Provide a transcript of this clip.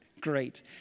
great